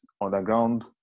underground